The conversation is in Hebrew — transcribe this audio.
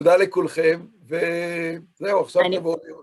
תודה לכולכם, וזהו, עכשיו תבואו...